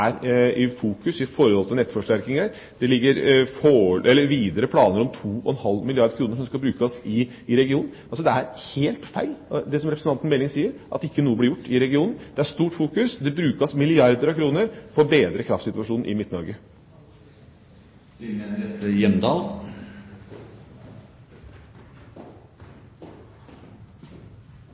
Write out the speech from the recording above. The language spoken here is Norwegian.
i fokus når det gjelder nettforsterkinger. Det ligger videre planer om 2,5 milliarder kr som skal brukes i regionen. Det er altså helt feil det som representanten Meling sier, at ikke noe blir gjort i regionen. Det er stort fokus, det brukes milliarder av kroner for å bedre kraftsituasjonen i